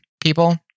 people